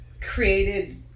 created